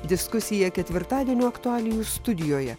diskusija ketvirtadienio aktualijų studijoje